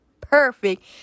perfect